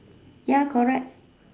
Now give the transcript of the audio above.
ya correct